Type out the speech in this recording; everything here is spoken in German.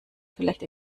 vielleicht